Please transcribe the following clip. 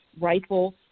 rifle